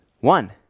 One